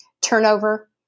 turnover